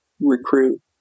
recruit